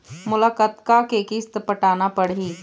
मोला कतका के किस्त पटाना पड़ही?